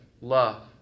love